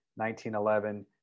1911